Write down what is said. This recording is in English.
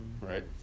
right